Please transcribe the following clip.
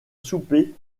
souper